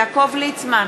יעקב ליצמן,